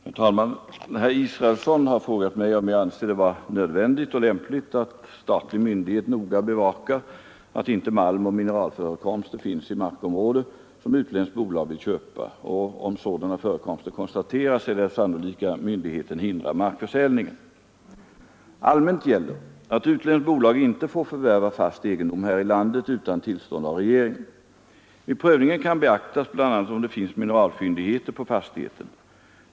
Herr talman! Herr Israelsson har frågat mig om jag anser det vara nödvändigt och lämpligt att statlig myndighet noga bevakar att inte malmoch mineralförekomster finns i markområde som utländskt bolag vill köpa och, om sådana förekomster konstateras eller är sannolika, myndigheten hindrar markförsäljningen. Allmänt gäller att utländskt bolag inte får förvärva fast egendom här i landet utan tillstånd av regeringen. Vid prövningen kan beaktas bl.a. om det finns mineralfyndigheter på fastigheten.